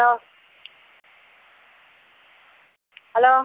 hello hello